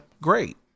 great